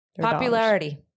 Popularity